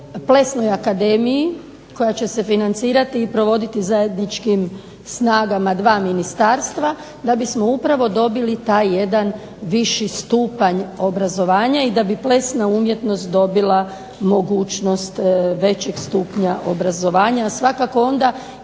Plesnoj akademiji koja će se financirati i provoditi zajedničkim snagama dva ministarstva da bismo upravo dobili taj jedan viši stupanj obrazovanja i da bi plesna umjetnost dobila mogućnost većeg stupnja obrazovanja,